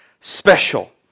special